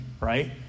Right